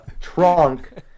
trunk